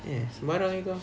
eh sembarang jer kau